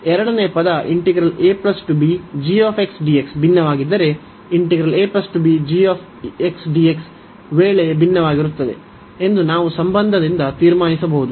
ಎರಡನೆಯ ಪದ ಭಿನ್ನವಾಗಿದ್ದರೆ ವೇಳೆ ಭಿನ್ನವಾಗಿರುತ್ತದೆ ಎಂದು ನಾವು ಈ ಸಂಬಂಧದಿಂದ ತೀರ್ಮಾನಿಸಬಹುದು